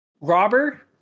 Robber